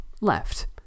left